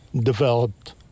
developed